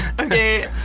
Okay